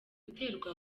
guterwa